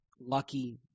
lucky